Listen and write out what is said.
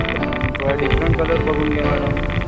मग थोडा different colour बघून घ्या मॅडम